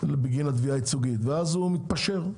בגין התביעה הייצוגית, ואז הם מתפשרים.